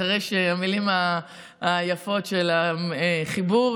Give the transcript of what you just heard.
אחרי המילים היפות של החיבור,